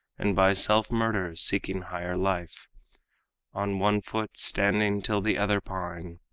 and by self-murder seeking higher life on one foot standing till the other pine,